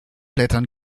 blättern